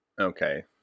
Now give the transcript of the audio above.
Okay